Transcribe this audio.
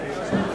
בבקשה.